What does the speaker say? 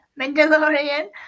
Mandalorian